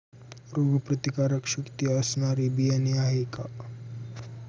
रोगप्रतिकारशक्ती असणारी बियाणे आहे का?